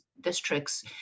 district's